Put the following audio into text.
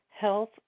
Health